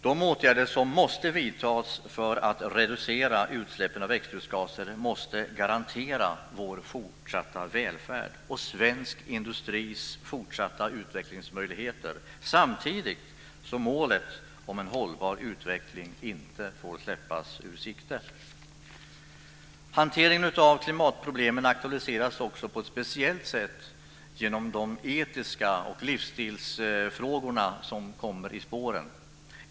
Det åtgärder som måste vidtas för att reducera utsläppen av växthusgaser måste garantera vår fortsatta välfärd och svensk industris fortsatta utvecklingsmöjligheter samtidigt som målet om en hållbar utveckling inte får släppas ur sikte. Hanteringen av klimatproblemen aktualiseras också på ett speciellt sätt genom de etik och livsstilsfrågor som följer i spåren.